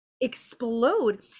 explode